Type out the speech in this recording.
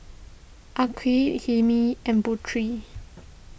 Aqil Hilmi and Putri